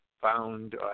Found